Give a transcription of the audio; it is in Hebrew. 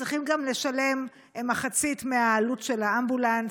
צריכים לשלם גם מחצית מהעלות של האמבולנס.